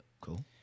Cool